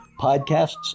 podcasts